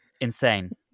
Insane